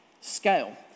scale